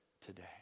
today